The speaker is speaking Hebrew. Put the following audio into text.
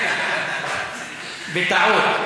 בטעות.